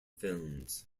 films